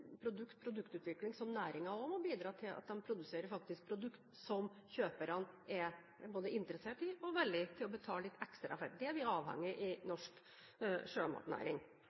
og næringen må også bidra til at de produserer produkter som kjøperne både er interessert i og villige til å betale litt ekstra før. Det er vi avhengige av i norsk sjømatnæring.